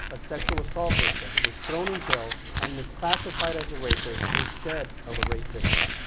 a sexual assault victim, was thrown in jail and misclassified as a rapist instead of a rape victim.